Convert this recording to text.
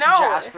No